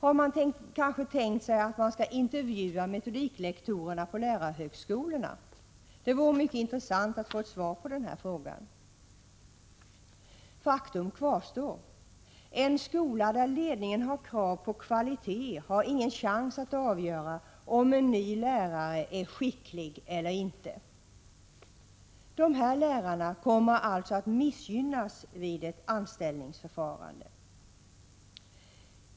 Skall man kanske intervjua metodiklektorerna på lärarhögskolorna? Det vore mycket intressant att få ett svar på den frågan. Faktum kvarstår: En skola där ledningen har krav på kvalitet har ingen chans att avgöra om en ny lärare är ”skicklig” eller inte. Dessa lärare kommer alltså att missgynnas vid ett anställningsförfarande.